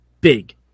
big